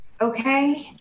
Okay